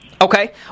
Okay